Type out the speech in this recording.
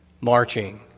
marching